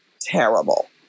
terrible